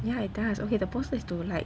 ya it does okay the poster is to like